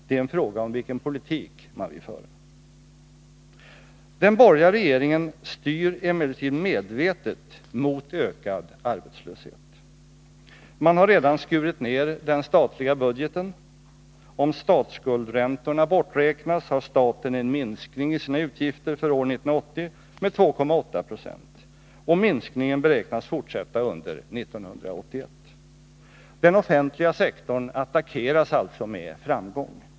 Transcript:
Det är en fråga om vilken politik man vill föra. Den borgerliga regeringen styr emellertid medvetet mot ökad arbetslöshet. Man har redan skurit ned den statliga budgeten. Om statsskuldräntorna borträknas har staten en minskning av sina utgifter för år 1980 med 2,8 9. Och minskningen beräknas fortsätta under 1981. Den offentliga sektorn attackeras alltså med framgång.